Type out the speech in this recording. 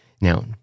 Now